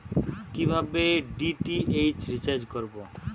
কিভাবে DTH recharge করব?